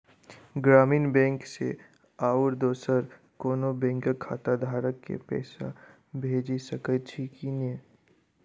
ग्रामीण बैंक सँ आओर दोसर कोनो बैंकक खाताधारक केँ पैसा भेजि सकैत छी की नै?